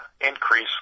increase